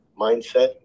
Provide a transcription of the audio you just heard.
mindset